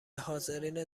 حاضرین